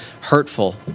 hurtful